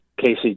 Casey